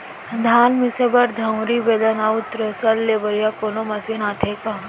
धान मिसे बर दंवरि, बेलन अऊ थ्रेसर ले बढ़िया कोनो मशीन आथे का?